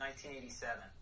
1987